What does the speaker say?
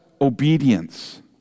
obedience